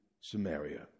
Samaria